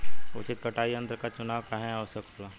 उचित कटाई यंत्र क चुनाव काहें आवश्यक होला?